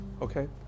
okay